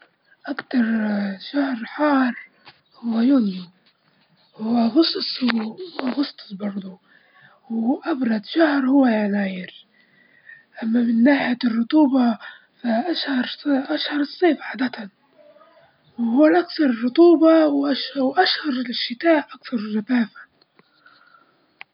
أني في المكان اللي نعمل فيه في حوالي أربع نوافذ بس المكان مفتوح ولما تطلع الشباك تحس إن الهواء المنعش تحس بالهواء المنعش، لكن في الغرفة فيها أربع نوافذ غير برة في في نوافذ واجدة لا حصر لها.